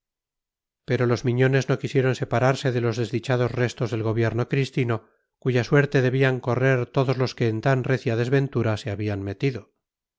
pero los miñones no quisieron separarse de los desdichados restos del gobierno cristino cuya suerte debían correr todos los que en tan necia desventura se habían metido